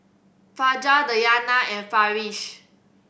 Fajar Dayana and Farish